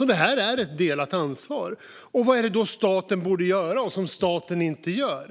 Det här är alltså ett delat ansvar. Vad borde då staten göra som staten inte gör?